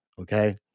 Okay